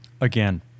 again